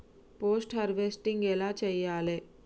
Post harvesting ఎలా చెయ్యాలే?